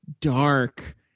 dark